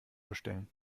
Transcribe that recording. bestellen